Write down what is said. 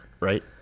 right